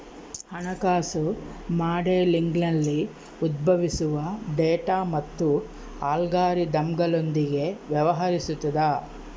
ಹಣಕಾಸು ಮಾಡೆಲಿಂಗ್ನಲ್ಲಿ ಉದ್ಭವಿಸುವ ಡೇಟಾ ಮತ್ತು ಅಲ್ಗಾರಿದಮ್ಗಳೊಂದಿಗೆ ವ್ಯವಹರಿಸುತದ